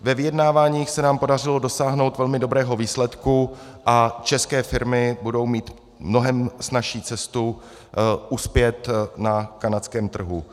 Ve vyjednáváních se nám podařilo dosáhnout velmi dobrého výsledku a české firmy budou mít mnohem snazší cestu uspět na kanadském trhu.